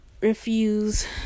refuse